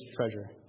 treasure